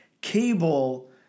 Cable